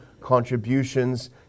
contributions